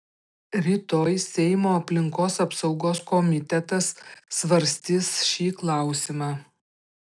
rytoj seimo aplinkos apsaugos komitetas svarstys šį klausimą